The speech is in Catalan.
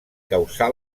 causà